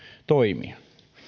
toimia